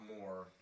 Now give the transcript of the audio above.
more